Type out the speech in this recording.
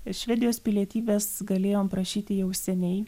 švedijos pilietybės galėjom prašyti jau seniai